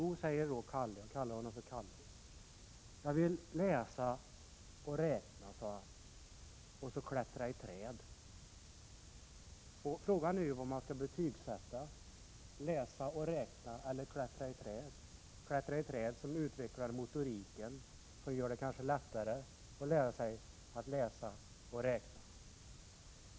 Jo, sade Kalle, jag vill läsa och räkna och klättra i träd. Frågan är om man skall betygsätta läsa och räkna och klättra i träd, som ju utvecklar motoriken och kanske gör det lättare att lära sig att läsa och räkna.